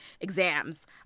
exams